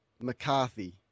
McCarthy